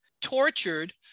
tortured